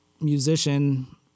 musician